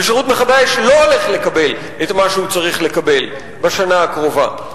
ושירות מכבי אש לא הולך לקבל את מה שהוא צריך לקבל בשנה הקרובה,